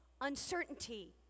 uncertainty